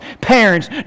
Parents